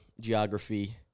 geography